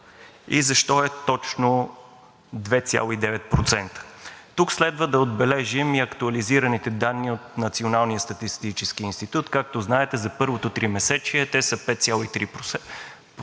и защо е точно 2,9%? Тук следва да отбележим и актуализираните данни от Националния статистически институт. Както знаете, за първото тримесечие те са 5,3%,